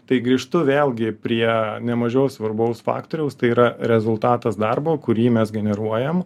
tai grįžtu vėlgi prie nemažiau svarbaus faktoriaus tai yra rezultatas darbo kurį mes generuojam